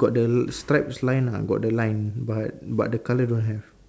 got the stripes line ah got the line but but the colour don't have